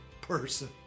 person